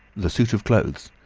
the suit of clothes,